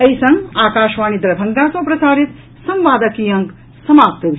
एहि संग आकाशवाणी दरभंगा सँ प्रसारित संवादक ई अंक समाप्त भेल